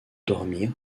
dormir